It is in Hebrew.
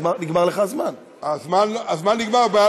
אל תתעלם ממני.